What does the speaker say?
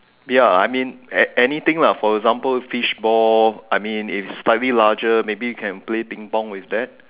ya I mean an~ anything lah for example fishball I mean if slightly larger maybe can play ping pong with that